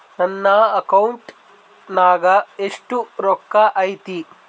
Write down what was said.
ನನ್ನ ಅಕೌಂಟ್ ನಾಗ ಎಷ್ಟು ರೊಕ್ಕ ಐತಿ?